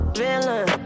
villain